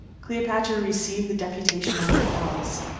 cleopatra received the deputation at her palace.